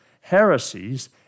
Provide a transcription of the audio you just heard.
heresies